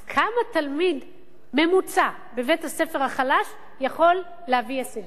אז כמה תלמיד ממוצע בבית-הספר החלש יכול להביא הישגים?